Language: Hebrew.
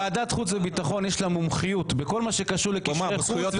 ועדת חוץ וביטחון יש לה מומחיות בכל מה שקשור לקשרי חוץ,